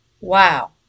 wow